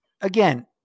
again